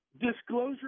Disclosure